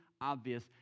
obvious